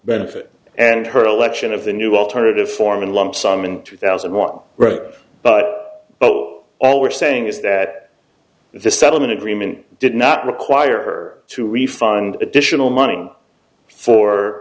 benefit and her election of the new alternative form in lump sum in two thousand and one wrote but all we're saying is that the settlement agreement did not require her to refund additional money for